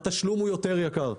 התשלום הוא יותר יקר,